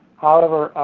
however,